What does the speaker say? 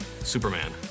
Superman